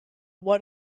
what